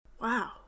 Wow